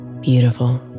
beautiful